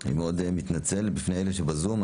אני מאוד מתנצל בפני אלה שבזום,